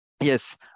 yes